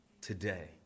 today